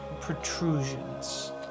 protrusions